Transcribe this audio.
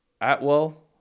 Atwell